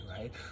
right